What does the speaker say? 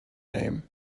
name